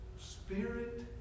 spirit